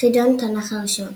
חידון התנ"ך הראשון